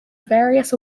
various